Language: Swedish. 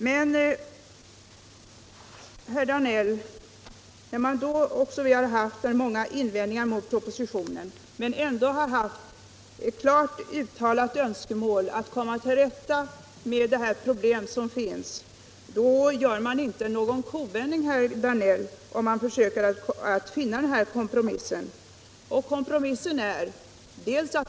Det har funnits många invändningar mot propositionen men ändå var det ett klart uttalat önskemål att komma till rätta med de problem som = Nr 41 finns. Då är det inte att göra en kovändning, herr Danell, om man försöker Onsdagen den få till stånd en kompromiss.